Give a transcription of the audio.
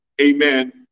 amen